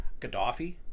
Gaddafi